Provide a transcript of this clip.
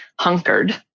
hunkered